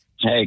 Hey